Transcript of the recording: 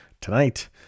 tonight